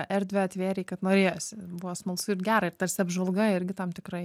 erdvę atvėrei kad norėjosi buvo smalsu ir gera ir tarsi apžvalga irgi tam tikra